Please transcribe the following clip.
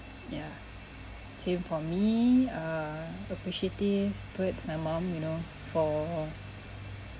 yeah same for me err uh appreciative towards my mom you know for